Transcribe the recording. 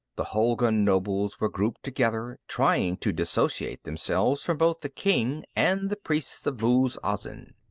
the hulgun nobles were grouped together, trying to disassociate themselves from both the king and the priests of muz-azin.